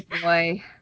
boy